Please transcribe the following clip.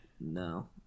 No